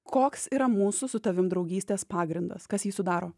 koks yra mūsų su tavim draugystės pagrindas kas jį sudaro